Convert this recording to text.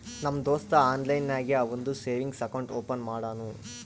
ನಮ್ ದೋಸ್ತ ಆನ್ಲೈನ್ ನಾಗೆ ಅವಂದು ಸೇವಿಂಗ್ಸ್ ಅಕೌಂಟ್ ಓಪನ್ ಮಾಡುನೂ